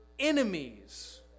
enemies